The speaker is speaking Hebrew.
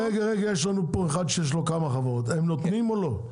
יש לנו פה אחד שיש לו כמה חברות הם נותנים או לא?